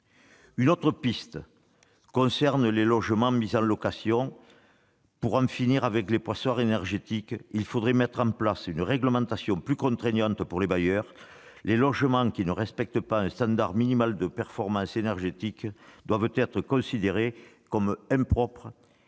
Une autre piste concerne les logements mis en location. Pour en finir avec les passoires énergétiques, il faudrait mettre en place une réglementation plus contraignante pour les bailleurs : les logements qui ne respectent pas un standard minimal de performance énergétique devraient être considérés comme impropres